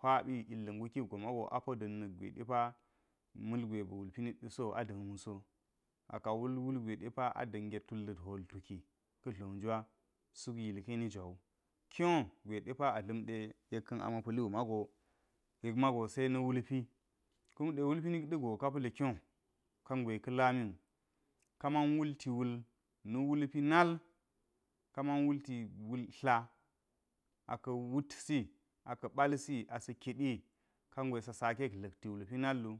hwaɓi, illạ nguki gwa mawu go apo ɗa̱n na̱k gwe depa ma̱lgwe ba̱ wulpi nit ɗa̱ so a da̱n wuso. Ka ka wulwugwe depa a da̱nget tullit hwal tuki ka̱ dlo ngwa suk yulke ni jwa wu. Kyo gwe depa a dla̱mɗe yek ka̱n a ma̱ pa̱l wu mago yek mago se na wulpi, kumɗe wulpi nik ɗa̱go ka pa̱l kyo ka̱ngwe ka lami wu. Kaman wulti wul na wulpi nal, kaman wulti wul tla, aka̱ wutsi, aka ɓalsi asa kiɗi kangwe sa sakek dlikti urul pi nal wu.